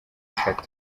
eshatu